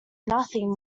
nothing